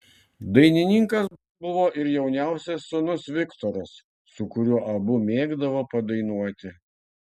dainininkas buvo ir jauniausias sūnus viktoras su kuriuo abu mėgdavo padainuoti